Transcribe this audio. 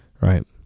Right